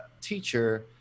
teacher